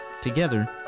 Together